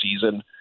season